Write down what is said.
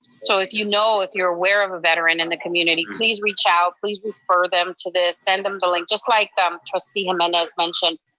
so if you know, if you're aware of a veteran in the community, please reach out, please refer them to this, send them the link, just like trustee jimenez mentioned,